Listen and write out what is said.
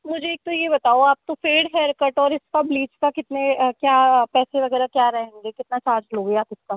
मुझे एक तो यह बताओ आप तो फेड हेअरकट और इसका ब्लीच का कितने क्या पैसे वगैरह क्या रहेंगे कितना चार्ज लोगे आप इसका